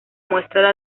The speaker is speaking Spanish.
muestra